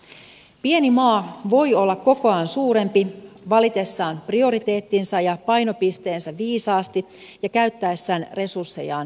pieni maa voi olla kokoaan suurempi valitessaan prioriteettinsa ja painopisteensä viisaasti ja käyttäessään resurssejaan tehokkaasti